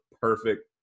perfect